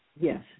Yes